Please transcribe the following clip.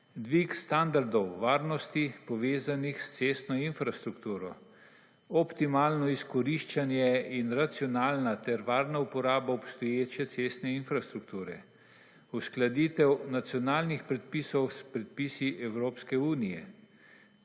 dvig standardov varnosti, povezanih s cestno infrastrukturo, optimalno izkoriščanje in racionalna ter varna uporaba obstoječe cestne infrastrukture, uskladitev nacionalnih predpisov s predpisi Evropske unije,